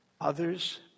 Others